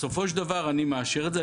בסופו של דבר אני מאשר את זה.